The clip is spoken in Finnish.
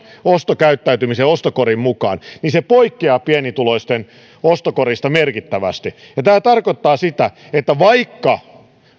ostokäyttäytymisen ostokorin mukaan poikkeaa pienituloisten ostokorista merkittävästi tämä tarkoittaa sitä että vaikka